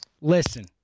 listen